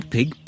Pig